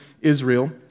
Israel